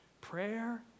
Prayer